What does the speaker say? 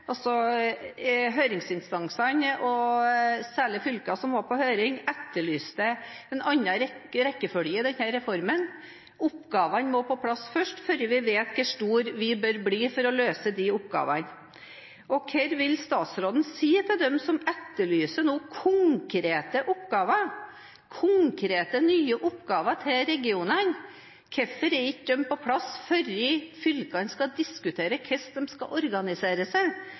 Høringsinstansene, og særlig fylkene som var på høring, etterlyste en annen rekkefølge i denne reformen. Oppgavene må på plass først, før vi vet hvor store vi bør bli for å løse oppgavene. Hva vil statsråden si til dem som nå etterlyser konkrete, nye oppgaver til regionene? Hvorfor er ikke de på plass før fylkene skal diskutere hvordan de skal organisere seg?